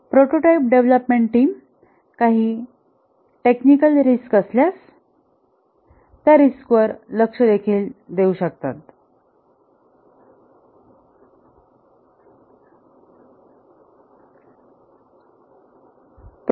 prototype development team काही technical risk असल्यास त्या रिस्क वर लक्ष देऊ शकतील